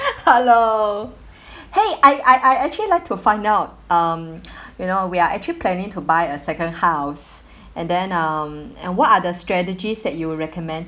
hello !hey! I I I actually like to find out um you know we are actually planning to buy a second house and then um and what are the strategies that you will recommend